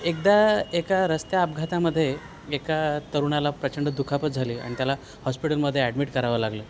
एकदा एका रस्त्या अपघातामध्ये एका तरुणाला प्रचंड दुखापत झाली आणि त्याला हॉस्पिटलमध्येे ॲडमिट करावां लागलं